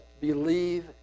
believe